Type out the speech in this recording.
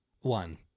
One